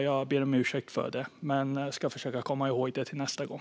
Jag ber om ursäkt för det och ska försöka komma ihåg den till nästa gång.